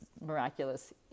miraculous